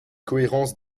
cohérence